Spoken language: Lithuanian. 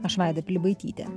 aš vaida pilibaitytė